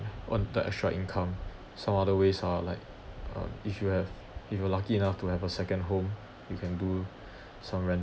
earn the extra income some other ways are like uh if you have if you lucky enough to have a second home you can do some rental